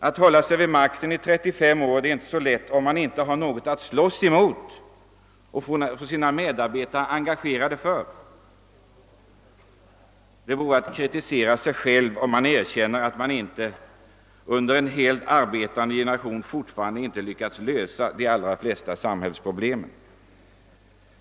Att hålla sig vid makten i 35 år är inte lätt, om man inte har något att slåss mot och engagera sina medarbetare för. Det vore att kritisera sig själv om man erkände att man under en hel arbetande generation ännu inte lyckats lösa de flesta av samhällsproblemen.